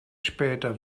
später